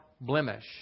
blemish